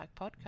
Podcast